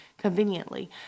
conveniently